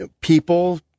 people